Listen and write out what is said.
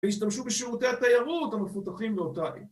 ‫והשתמשו בשירותי התיירות ‫המפותחים באותה עת.